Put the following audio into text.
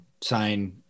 sign